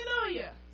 Hallelujah